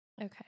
Okay